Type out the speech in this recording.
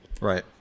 Right